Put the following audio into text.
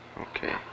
Okay